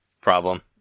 problem